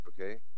okay